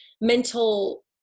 mental